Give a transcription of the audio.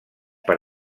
per